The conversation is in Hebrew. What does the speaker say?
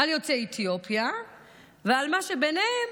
על יוצאי אתיופיה ועל מה שביניהם,